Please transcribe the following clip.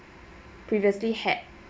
previously had